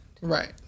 right